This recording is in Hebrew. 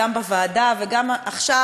גם בוועדה וגם עכשיו,